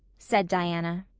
said diana.